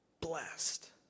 blessed